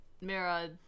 Mira